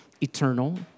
eternal